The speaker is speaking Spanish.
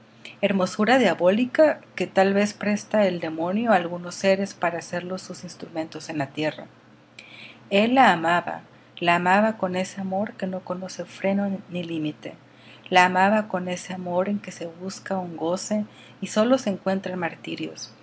hermosura diabólica que tal vez presta el demonio á algunos seres para hacerlos sus instrumentos en la tierra el la amaba la amaba con ese amor que no conoce freno ni límites la amaba con ese amor en que se busca un goce y sólo se encuentran martirios